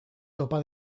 topa